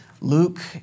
Luke